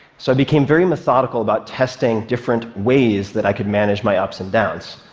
so i became very methodical about testing different ways that i could manage my ups and downs,